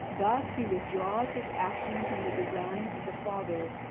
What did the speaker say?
thus he withdraws his action from the design of the father,